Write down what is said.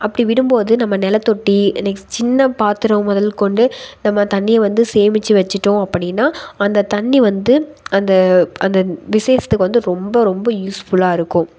அப்படி விடும் போது நம்ம நிலத்தொட்டி நெக்ஸ்ட் சின்ன பாத்திரம் முதல் கொண்டு நம்ம தண்ணியை வந்து சேமித்து வச்சுட்டோம் அப்படின்னா அந்த தண்ணி வந்து அந்த அந்த விசேஷத்துக்கு வந்து ரொம்ப ரொம்ப யூஸ்ஃபுல்லாக இருக்கும்